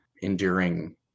enduring